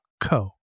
co